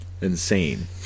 Insane